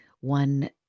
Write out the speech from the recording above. one